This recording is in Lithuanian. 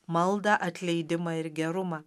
maldą atleidimą ir gerumą